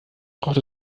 braucht